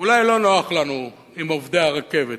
אולי לא נוח לנו עם עובדי הרכבת,